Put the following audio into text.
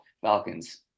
Falcons